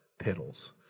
piddles